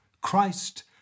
Christ